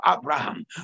Abraham